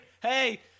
hey